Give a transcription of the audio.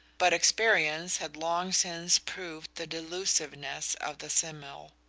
but experience had long since proved the delusiveness of the simile.